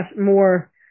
more